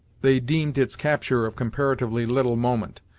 they deemed its capture of comparatively little moment,